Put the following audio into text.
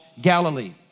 Galilee